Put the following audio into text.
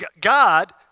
God